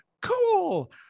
cool